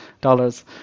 Dollars